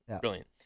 Brilliant